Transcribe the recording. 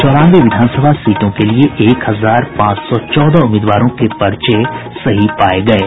चौरानवे विधानसभा सीटों के लिए एक हजार पांच सौ चौदह उम्मीदवारों के पर्चे सही पाये गये हैं